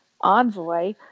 envoy